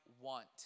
want